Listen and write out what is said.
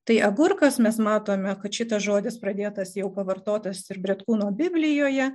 tai agurkas mes matome kad šitas žodis pradėtas jau pavartotas ir bretkūno biblijoje